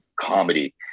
comedy